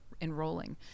enrolling